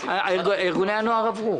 ארגוני הנוער עברו.